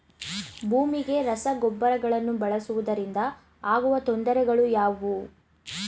ಭೂಮಿಗೆ ರಸಗೊಬ್ಬರಗಳನ್ನು ಬಳಸುವುದರಿಂದ ಆಗುವ ತೊಂದರೆಗಳು ಯಾವುವು?